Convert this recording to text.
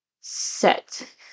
set